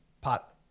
pot